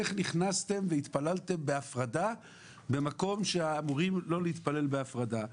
איך נכנסתם והתפללתם בהפרדה במקום שאמורים לא להתפלל בהפרדה.